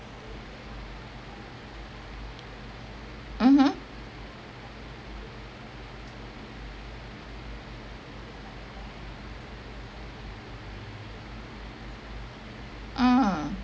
um um